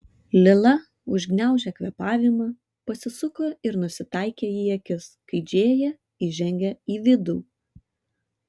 lila užgniaužė kvėpavimą pasisuko ir nusitaikė į akis kai džėja įžengė į vidų